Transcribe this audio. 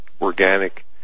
organic